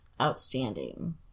outstanding